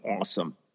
awesome